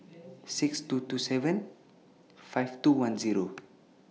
six two two seven five two one Zero